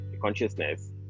consciousness